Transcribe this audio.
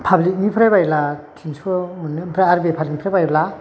पाब्लिकनिफ्राय बायोब्ला टिनस' मोनो आरो ओमफ्राय बेफारिनिफ्राय बायोब्ला